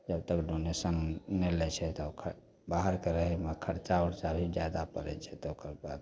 जब तक डोनेशन नहि लै छै तऽ ओकरा बाहरके रहैमे खरचा उरचा भी जादा पड़ै छै तकर बाद